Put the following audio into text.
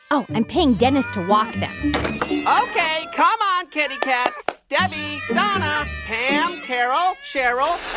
oh, i'm paying dennis to walk them ok. come on, kitty cats. debbie, donna, pam, carol, cheryl